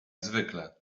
zwykle